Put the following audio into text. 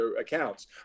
accounts